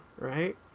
right